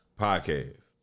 Podcast